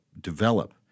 develop